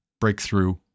breakthrough